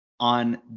on